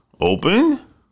open